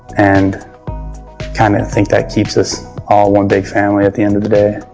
and kinda think that keeps us all one big family at the end of the day.